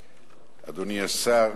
אדוני השר,